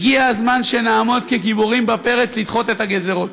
הגיע הזמן שנעמוד כגיבורים בפרץ לדחות את הגזירות,